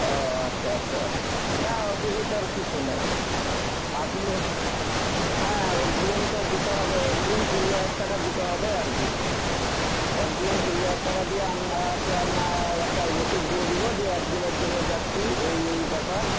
ও আচ্ছা আচ্ছা না অসুবিধার কিছু নেই আপনি হ্যাঁ অগ্রিম তো দিতে হবে অগ্রিম কুড়ি হাজার টাকা দিতে হবে আর কি অগ্রিম কুড়ি হাজার টাকা দিয়ে আপনাকে আপনার একটা রসিদ দিয়ে দেবো যে এতদিনের জন্য যাচ্ছি এই এই ব্যাপার